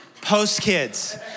post-kids